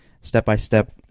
step-by-step